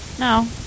No